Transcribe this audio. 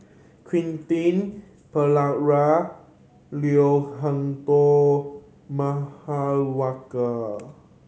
Quentin Pereira Leo Hee Tong